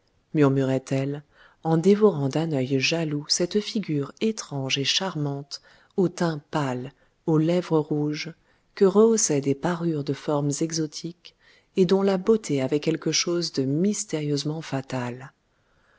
murmurait-elle en dévorant d'un œil jaloux cette figure étrange et charmante au teint pâle aux lèvres rouges que rehaussaient des parures de formes exotiques et dont la beauté avait quelque chose de mystérieusement fatal